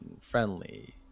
friendly